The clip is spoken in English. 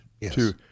yes